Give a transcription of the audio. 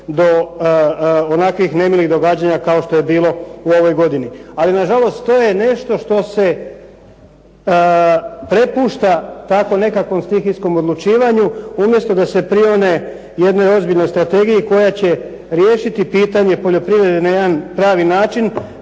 do onakvih nemilih događanja kao što je bilo u ovoj godini. Ali na žalost to je nešto što se prepušta tako nekakvom stihijskom odlučivanju umjesto da se prione jednoj ozbiljnoj strategiji koja će riješiti pitanje poljoprivrede na jedan pravi način